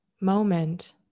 moment